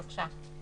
בבקשה.